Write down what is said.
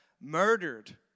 murdered